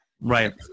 Right